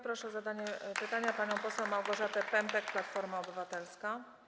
Proszę o zadanie pytania panią poseł Małgorzatę Pępek, Platforma Obywatelska.